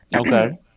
Okay